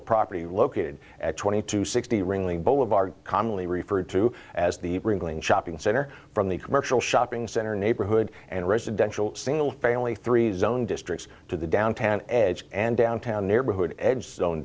of property located at twenty two sixty ringling boulevard commonly referred to as the shopping center from the commercial shopping center neighborhood and residential single family three zone districts to the downtown edge and downtown neighborhood edge zone